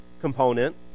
component